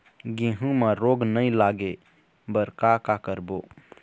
गेहूं म रोग नई लागे बर का का करबो?